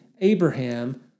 Abraham